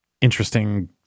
interesting